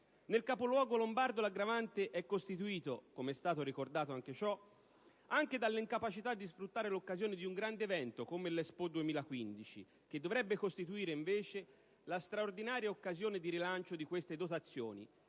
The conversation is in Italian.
Nel capoluogo lombardo l'aggravante è costituita, com'è stato ricordato, anche dall'incapacità di sfruttare l'occasione di un grande evento come l'Expo 2015, che dovrebbe costituire la straordinaria occasione di rilancio di queste dotazioni